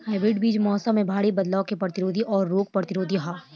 hybrid बीज मौसम में भारी बदलाव के प्रतिरोधी और रोग प्रतिरोधी ह